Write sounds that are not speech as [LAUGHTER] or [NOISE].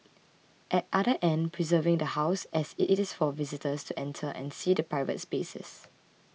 at [UNINTELLIGIBLE] end preserving the House as it is for visitors to enter and see the private spaces